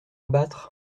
abattre